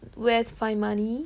where to find money